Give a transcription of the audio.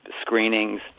screenings